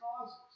causes